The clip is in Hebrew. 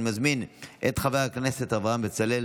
אני מזמין את חבר הכנסת אברהם בצלאל